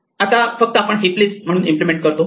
आता फक्त आपण हीप लिस्ट म्हणून इम्प्लिमेंट करतो